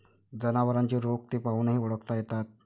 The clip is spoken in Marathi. जनावरांचे रोग ते पाहूनही ओळखता येतात